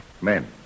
Men